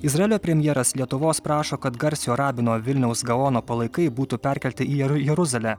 izraelio premjeras lietuvos prašo kad garsiojo rabino vilniaus gaono palaikai būtų perkelti į jeruzalę